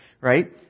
right